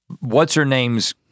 what's-her-name's